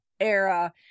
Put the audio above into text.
era